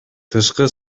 тышкы